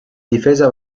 difesa